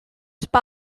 spy